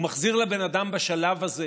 הוא מחזיר לבן אדם בשלב הזה,